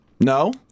No